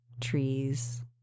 Trees